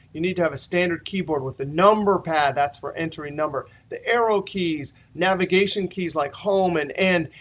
you need to have a standard keyboard with the number pad that's for entering number the arrow keys, navigation keys, like home and and